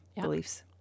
beliefs